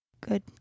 Good